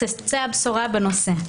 תצא הבשורה בנושא.